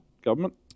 government